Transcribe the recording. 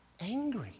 angry